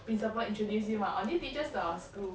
principal introduce him ah oh this teachers to our school